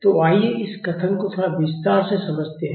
तो आइए इस कथन को थोड़ा विस्तार से समझते हैं